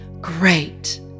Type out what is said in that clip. Great